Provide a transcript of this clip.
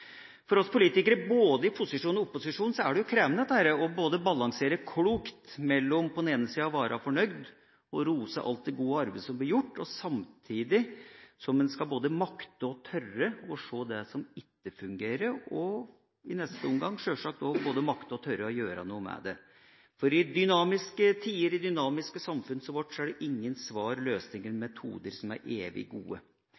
gir oss – i utgangspunktet er svært godt fornøyd. For oss politikere, både i posisjon og opposisjon, er det krevende å balansere klokt mellom det å være fornøyd og rose alt det gode arbeidet som blir gjort, samtidig som en skal både makte og tørre å se det som ikke fungerer, og i neste omgang sjølsagt også både makte og tørre å gjøre noe med det. For i dynamiske tider, i dynamiske samfunn som vårt, er det ingen svar, løsninger